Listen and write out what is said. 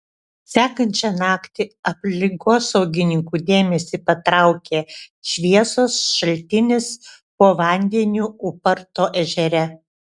sekančią naktį aplinkosaugininkų dėmesį patraukė šviesos šaltinis po vandeniu ūparto ežere